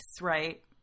Right